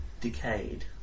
Decayed